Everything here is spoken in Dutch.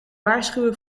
waarschuwen